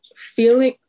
feeling